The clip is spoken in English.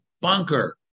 bunker